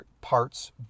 parts